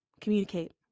Communicate